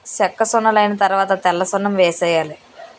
సెక్కసున్నలైన తరవాత తెల్లసున్నం వేసేయాలి